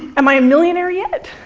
am i a millionaire yet?